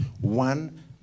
one